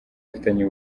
bafitanye